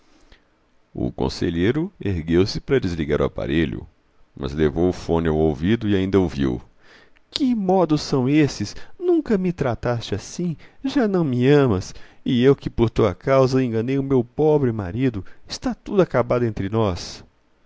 o conselheiro ergueu-se para desligar o aparelho mas levou o fone ao ouvido e ainda ouviu que modos são esses nunca me trataste assim já não me amas e eu que por tua causa enganei o meu pobre marido está tudo acabado entre nós